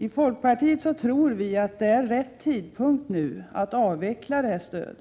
I folkpartiet tror vi att det är rätt tidpunkt nu att avveckla detta stöd.